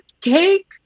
Cake